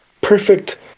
perfect